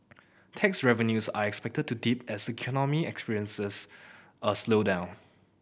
tax revenues are expected to dip as economy experiences a slowdown